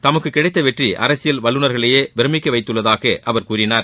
தமக்குக் கிடைத்த வெற்றி அரசியல் வல்லுநர்களையே பிரமிக்க வைத்தள்ளதாக அவர் கூறினார்